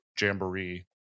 jamboree